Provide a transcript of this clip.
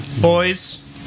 boys